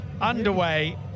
underway